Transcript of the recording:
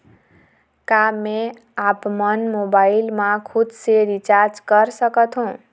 का मैं आपमन मोबाइल मा खुद से रिचार्ज कर सकथों?